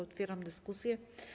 Otwieram dyskusję.